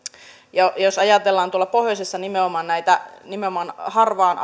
ja jos ajatellaan tuolla pohjoisessa nimenomaan harvaan